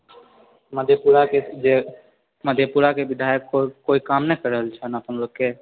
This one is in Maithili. मधेपुराके जे मधेपुराके विधायक केओ केओ काम नहि कए रहल छन्हि अपन लोककेँ